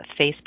Facebook